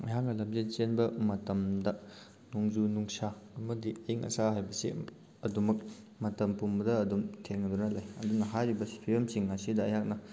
ꯑꯩꯍꯥꯛꯅ ꯂꯝꯖꯦꯜ ꯆꯦꯟꯕ ꯃꯇꯝꯗ ꯅꯣꯡꯖꯨ ꯅꯨꯡꯁꯥ ꯑꯃꯗꯤ ꯑꯌꯤꯡ ꯑꯁꯥ ꯍꯥꯏꯕꯁꯤ ꯑꯗꯨꯃꯛ ꯃꯇꯝ ꯄꯨꯝꯕꯗ ꯑꯗꯨꯝ ꯊꯦꯡꯅꯗꯨꯅ ꯂꯩ ꯑꯗꯨꯅ ꯍꯥꯏꯔꯤꯕ ꯐꯤꯕꯝꯁꯤꯡ ꯑꯁꯤꯗ ꯑꯩꯍꯥꯛꯅ